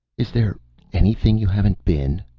is there anything you haven't been?